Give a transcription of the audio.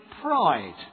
pride